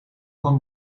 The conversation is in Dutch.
van